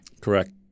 Correct